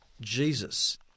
Jesus